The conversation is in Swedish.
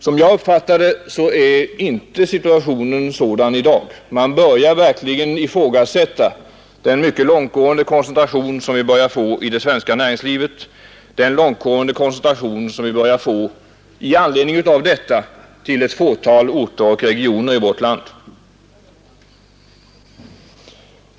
Som jag uppfattar det är inte situationen densamma i dag. Man börjar verkligen ifrågasätta den mycket långtgående koncentration som vi mer och mer får i det svenska näringslivet, den långtgående koncentration som i 7 anledning av detta pågår till ett fåtal orter och regioner i vårt land.